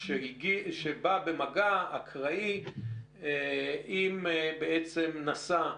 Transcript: שבא במגע אקראי עם נשא,